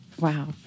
Wow